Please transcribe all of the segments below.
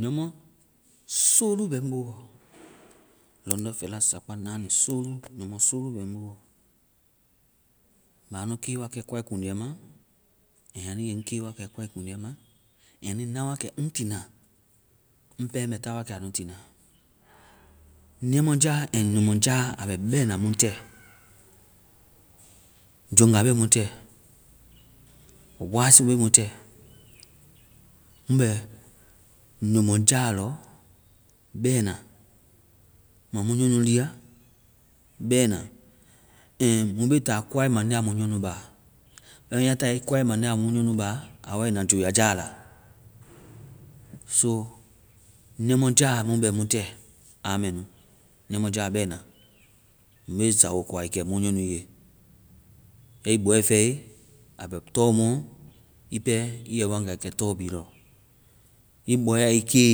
Nyɔmɔ soolu bɛ ŋ boɔ. Lɔŋdɔ, fɛla, sakpa, nanii, soolu. Nyɔmɔ soolu bɛ ŋ booɔ. mɛ anu ke wakɛ koai kundiɛ ma, and anu yɛ ŋ ke wakɛ koai kundiɛ ma. And anui na wa kɛ ŋ tiina. Ŋ pɛ mɛ ta wa kɛ anu tiina. Ndiamɔjaa and nyɔmɔjaa, a bɛ bɛna mu tɛ. Joŋga be mu tɛ. Wasuu be mu tɛ. Mu bɛ nyɔmɔjaa lɔ bɛna. Mua mu nyɔnu lia bɛna. And mu be ta koa mande aa mu nyɔnu ba. Bɛma ya tae koa mande aa mu nyɔnu ba, a wai na joyaja la. So ndiamɔjaa mu bɛ mu tɛ, aa mɛ nu. Ndiamɔjaa bɛna. Mu be zawii koai kɛ mu nyɔnu ye. Ya ii bɔɛ fɛe a bɛ tɔ muɔ, ii pɛ ii yɛ ii wanga kɛ tɔ bi lɔ. Ii bɔɛ a ii ke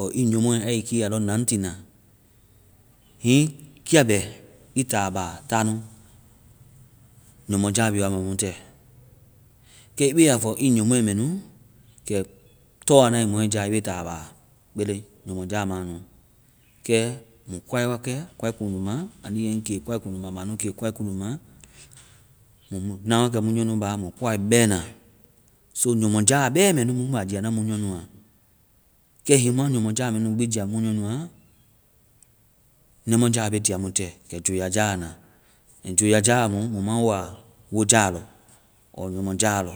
ɔɔ ii nyɔmɔɛ aa ii ke, alɔ na ŋ tiina, hiŋi kia bɛ ii taa ba, ta nu. Nyɔmɔ jaa bi wa bɛ mu tɛ. Kɛ ii be ya fɔ kɛ ii nyɔmɔɛ mɛ nu, kɛ tɔ a nae mɔɛ ja, ii be taa ba. Kpele! Nyɔmɔja ma nu. Kɛ mui koai wakɛ koai kundu ma, and anu yɛ ŋ ke wakɛ koai kundu ma. Mɛ anu ke koai kundu ma. Mui na wakɛ mu nyɔnu ba mui koai bɛna. So nyɔmɔjaa bɛ mɛ nu mu bɛ aa jiana mu nyɔnua. Kɛ hiŋi mu ma nyɔmɔjaa bi gbi jia mu nyɔnua, ndiamɔja be tia mu tɛ kɛ joyajaa na, and joyajaamu, mu ma wo aa la wojaa lɔ ɔɔ nyɔmɔjaa lɔ.